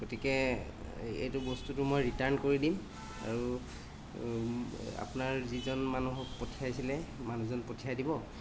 গতিকে এইটো বস্তুটো মই ৰিটাৰ্ণ কৰি দিম আৰু আপোনাৰ যিজন মানুহক পঠিয়াইছিলে মানুহজন পঠিয়াই দিব